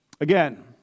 again